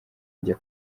njya